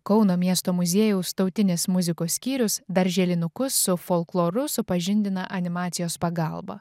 kauno miesto muziejaus tautinės muzikos skyrius darželinukus su folkloru supažindina animacijos pagalba